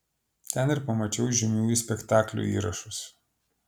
ten ir pamačiau žymiųjų spektaklių įrašus